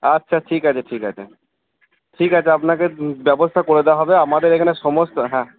আচ্ছা ঠিক আছে ঠিক আছে ঠিক আছে আপনাকে ব্যবস্থা করে দেওয়া হবে আমাদের এখানে সমস্ত হ্যাঁ